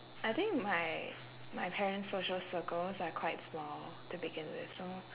I think my my parents' social circles are quite small to begin with so